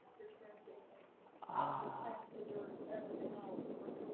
you're experiencing ah! the dirt, everything else,